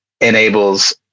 enables